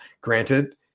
Granted